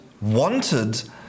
wanted